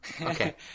okay